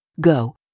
Go